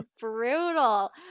brutal